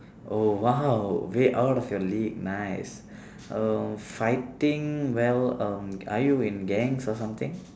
oh !wow! way out of your league nice err fighting well um are you in gangs or something